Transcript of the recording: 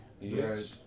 Yes